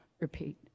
repeat